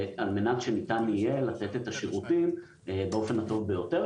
זאת על מנת שניתן יהיה לתת את השירותים באופן הטוב ביותר,